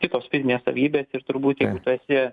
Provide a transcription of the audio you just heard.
kitos fizinės savybės ir turbūt jeigu tu esi